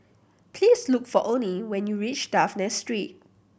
please look for Oney when you reach Dafne Street